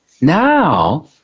now